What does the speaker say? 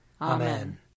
Amen